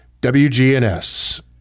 WGNS